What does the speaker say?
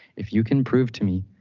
if you can prove to me,